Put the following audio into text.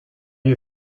you